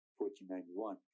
1491